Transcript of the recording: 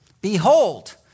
behold